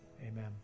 amen